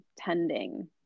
tending